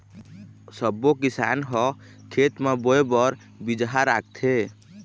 सब्बो किसान ह खेत म बोए बर बिजहा राखथे